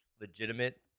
legitimate